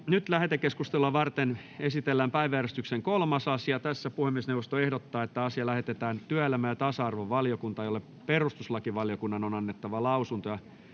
Lähetekeskustelua varten esitellään päiväjärjestyksen 3. asia. Puhemiesneuvosto ehdottaa, että asia lähetetään työelämä- ja tasa-arvovaliokuntaan, jolle perustuslakivaliokunnan on annettava lausunto.